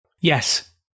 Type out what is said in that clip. Yes